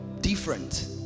different